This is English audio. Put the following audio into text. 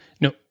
No